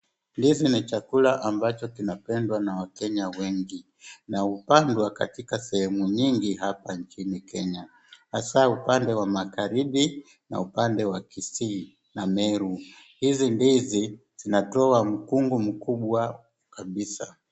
Ndizi ni chakula ambacho kinapendwa na wakenya wengi, na hupandwa katika sehemu nyingi hapa nchini Kenya, hasa upande wa Magharibi na upande wa Kisii na Meru. Hizi ndizi zinatoa mkungu mkubwa kabisa.